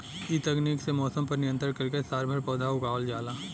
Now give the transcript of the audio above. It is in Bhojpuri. इ तकनीक से मौसम पर नियंत्रण करके सालभर पौधा उगावल जाला